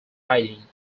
hiding